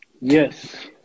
Yes